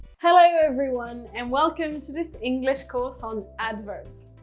hello, everyone. and welcome to this english course on adverbs.